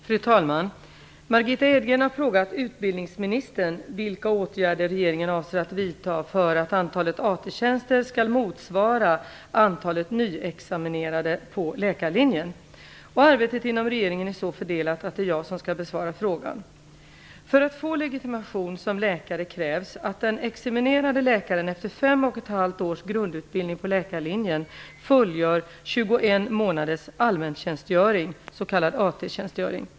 Fru talman! Margitta Edgren har frågat utbildningsministern vilka åtgärder regeringen avser att vidta för att antalet AT-tjänster skall motsvara antalet nyexaminerade på läkarlinjen. Arbetet inom regeringen är så fördelat att det är jag som skall besvara frågan. För att få legitimation som läkare krävs att den examinerade läkaren efter fem och ett halvt års grundutbildning på läkarlinjen fullgör 21 månaders allmäntjänstgöring, s.k. AT-tjänstgöring.